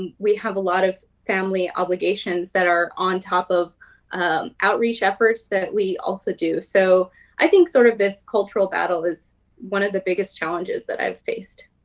ah we have a lot of family obligations that are on top of outreach efforts that we also do. so i think sort of this cultural battle is one of the biggest challenges that i've faced.